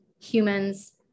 humans